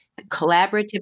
Collaborative